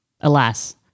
alas